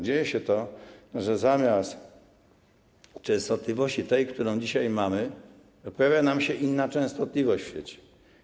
Dzieje się to, że zamiast tej częstotliwości, którą dzisiaj mamy, pojawia nam się inna częstotliwość w sieci.